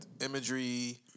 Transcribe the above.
imagery